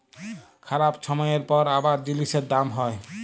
খারাপ ছময়ের পর আবার জিলিসের দাম হ্যয়